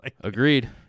Agreed